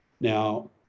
Now